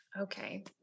Okay